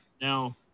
Now